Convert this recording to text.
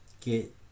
get